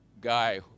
guy